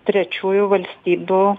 trečiųjų valstybių